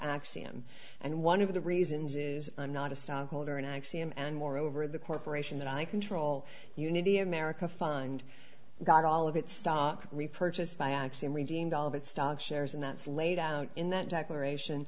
axiom and one of the reasons i'm not a stockholder in axiom and moreover the corporation that i control unity america find got all of its stock repurchase by obscene redeemed all of its stock shares and that's laid out in that declaration